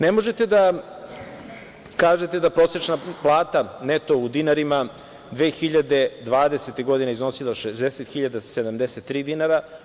Ne možete da kažete da prosečna plata neto u dinarima 2020. godine iznosila je 60.073 dinara.